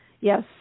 Yes